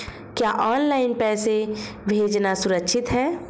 क्या ऑनलाइन पैसे भेजना सुरक्षित है?